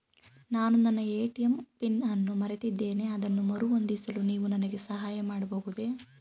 ನಾನು ನನ್ನ ATM PIN ಅನ್ನು ಮರೆತಿದ್ದೇನೆ ಅದನ್ನು ಮರುಹೊಂದಿಸಲು ನೀವು ನನಗೆ ಸಹಾಯ ಮಾಡಬಹುದೇ?